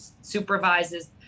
supervises